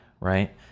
right